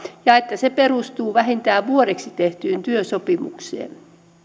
ja että se perustuu vähintään vuodeksi tehtyyn työsopimukseen